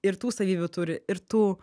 ir tų savybių turi ir tų